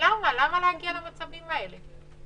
למה להגיע למצבים האלה?